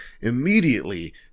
immediately